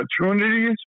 opportunities